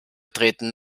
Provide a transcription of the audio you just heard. treten